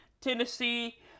Tennessee